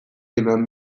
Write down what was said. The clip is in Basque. eman